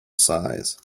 size